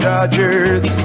Dodgers